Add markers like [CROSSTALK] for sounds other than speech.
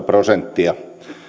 [UNINTELLIGIBLE] prosenttia